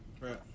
Right